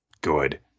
good